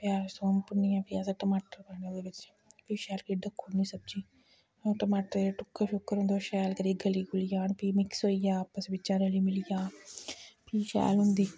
प्याज़ थोम भुन्नियै फ्ही असें टमाटर पाने ओह्दे बिच्च फ्ही शैल करियै डक्की ओड़नी सब्जी ओह् टमाटरें दे टुक्कर शुक्कर होंदे ओह् शैल करियै गली गुली जान फ्ही मिक्स होई जा आपस बिच्चें रली मिली जा फ्ही शैल होंदी